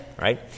right